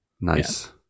nice